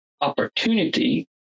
opportunity